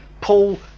Paul